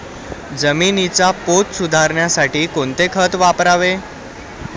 जमिनीचा पोत सुधारण्यासाठी कोणते खत वापरावे?